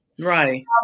Right